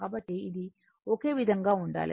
కాబట్టి ఇది ఒకే విధంగా ఉండాలి